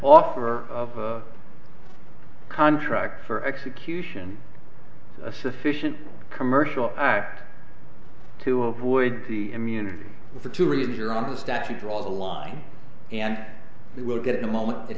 offer of a contract for execution a sufficient commercial act to avoid the immunity for two reasons you're on the staff to draw the line and they will get a moment